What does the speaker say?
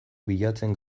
bilatzen